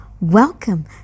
Welcome